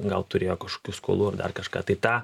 gal turėjo kažkokių skolų ir dar kažką tai tą